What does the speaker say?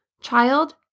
child